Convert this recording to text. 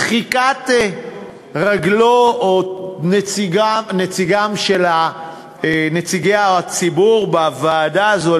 דחיקת רגלי או נציגי הציבור בוועדה הזאת,